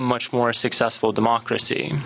much more successful democracy